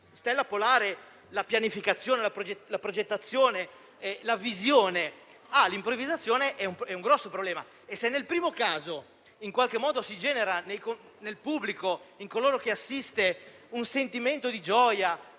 stella polare la pianificazione, la progettazione e la visione, si dà all'improvvisazione è un grosso problema e se nel primo caso, in qualche modo, si genera nel pubblico che assiste un sentimento di gioia